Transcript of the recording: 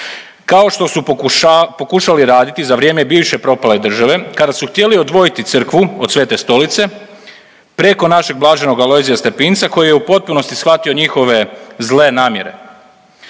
Kao što su pokušali raditi za vrijeme bivše propale države, kada su htjeli odvojiti Crkvu od Svete Stolice preko našeg bl. Alojzija Stepinca koji je u potpunosti shvatio njihove zle namjere.